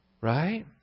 Right